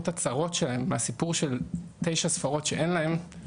את הצרות שלהם מהסיפור של 9 ספרות שאין להם,